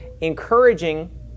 encouraging